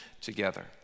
together